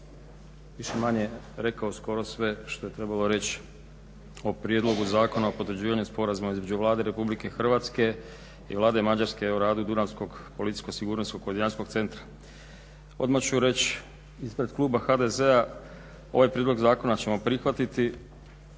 više-manje rekao sve što je trebalo reć o prijedlogu zakona o potvrđivanju sporazuma između Vlade RH i Vlade Mađarske u radu dunavsko policijsko-sigurnosnog koordinacijskog centra. Odmah ću reć ispred kluba HDZ-a ovaj prijedlog zakona ćemo prihvatiti